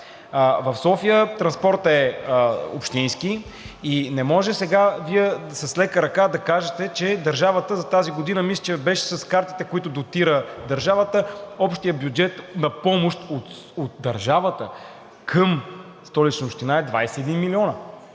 В София транспортът е общински и не може сега Вие с лека ръка да кажете, че държавата за тази година, мисля, че беше с картите, които дотира държавата, общият бюджет на помощ от държавата към Столична община е 21 милиона.